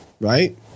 right